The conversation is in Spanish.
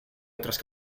otras